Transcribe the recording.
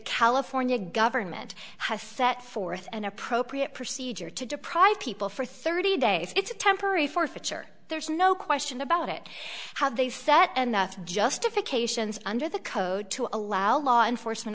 california government has set forth an appropriate procedure to deprive people for thirty days it's a temporary forfeiture there's no question about it how they set and nothing justifications under the code to allow law enforcement